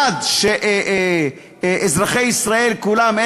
עד שאזרחי ישראל כולם,